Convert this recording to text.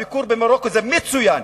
הביקור במרוקו זה מצוין.